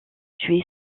tués